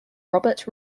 robert